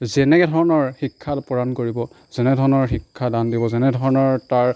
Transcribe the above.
যেনেকেধৰণৰ শিক্ষাৰ প্ৰদান কৰিব যেনেধৰণৰ শিক্ষা দান দিব যেনেধৰণৰ তাৰ